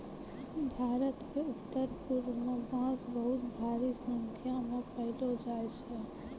भारत क उत्तरपूर्व म बांस बहुत भारी संख्या म पयलो जाय छै